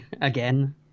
Again